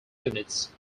units